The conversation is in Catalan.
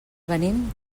venim